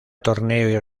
torneo